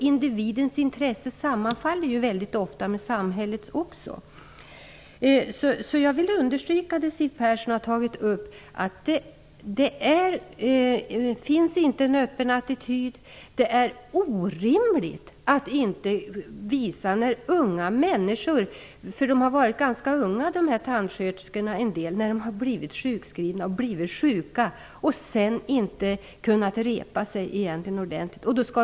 Individens intresse sammanfaller väldigt ofta med samhällets. Jag vill understryka vad Siw Persson har tagit upp. Det finns ingen öppen attityd. En del av tandsköterskorna har varit ganska unga när de har blivit sjuka och sjukskrivna, och sedan har de inte kunnat repa sig ordentligt.